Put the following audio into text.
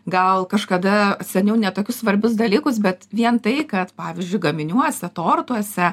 gal kažkada seniau ne tokius svarbius dalykus bet vien tai kad pavyzdžiui gaminiuose tortuose